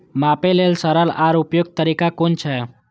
मापे लेल सरल आर उपयुक्त तरीका कुन छै?